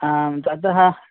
आम् तत् तः